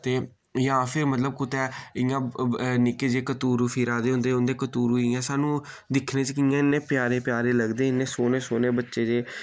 ते जां फिर मतलब कुतै इय्यां निक्के जेह् कतुरु फिरा दे होंदे उं'दे कतुरु इय्यां स्हानू दिक्खने च कि'यां इन्ने प्यारे प्यारे लगदे इन्ने सोह्ने सोह्ने बच्चे जेह्